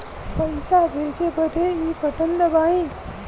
पइसा भेजे बदे ई बटन दबाई